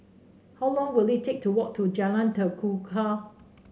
how long will it take to walk to Jalan Tekukor